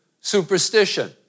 superstition